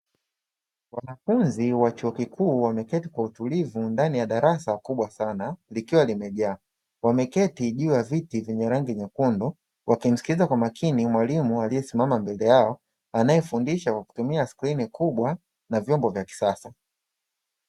Wanafunzi wa chuo kikuu wameketi kwa utulivu ndani ya darasa kubwa sana likiwa limejaa, wameketi juu ya viti vyenye rangi nyekundu wakimsikiliza kwa makini mwalimu aliyesimama mbele yao anayefundisha kwa kutumia skrini kubwa na vyombo vya kisasa.